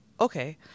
Okay